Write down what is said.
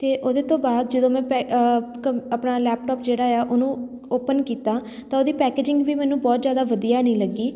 ਅਤੇ ਉਹਦੇ ਤੋਂ ਬਾਅਦ ਜਦੋਂ ਮੈਂ ਪੈ ਕੰਪਿ ਆਪਣਾ ਲੈਪਟੋਪ ਜਿਹੜਾ ਆ ਉਹਨੂੰ ਓਪਨ ਕੀਤਾ ਤਾਂ ਉਹਦੀ ਪੈਕਜਿੰਗ ਵੀ ਮੈਨੂੰ ਬਹੁਤ ਜ਼ਿਆਦਾ ਵਧੀਆ ਨਹੀਂ ਲੱਗੀ